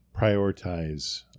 prioritize